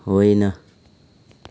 होइन